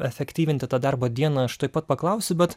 efektyvinti darbo dieną aš tuoj pat paklausiu bet